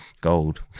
gold